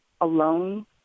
alone